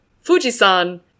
fuji-san